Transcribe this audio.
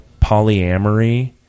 polyamory